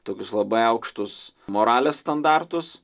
tokius labai aukštus moralės standartus